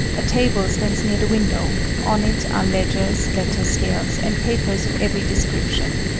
a table stands near the window on it are ledgers, letter scales, and papers of every description.